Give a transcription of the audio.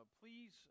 please